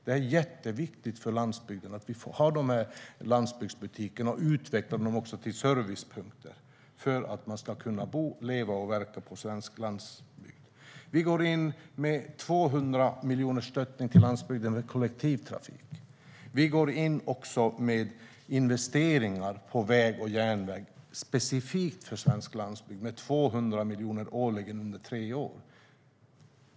Det är jätteviktigt för landsbygden att få ha de här landsbygdsbutikerna och även utveckla dem till servicepunkter för att man ska kunna bo, leva och verka på svensk landsbygd. Vi går in med 200 miljoner till stöttning av landsbygdens kollektivtrafik. Vi går också in med investeringar i väg och järnväg specifikt för svensk landsbygd med 200 miljoner årligen under tre år.